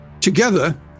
together